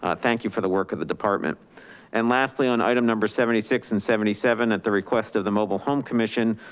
ah thank you for the work of the department and lastly, on item number seventy six and seventy seven. at the request of the mobile home commission.